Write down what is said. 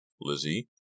Lizzie